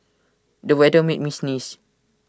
the weather made me sneeze